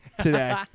today